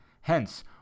hence